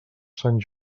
sant